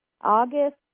August